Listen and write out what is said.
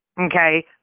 Okay